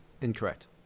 Incorrect